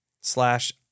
slash